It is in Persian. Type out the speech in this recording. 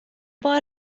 بار